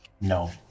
No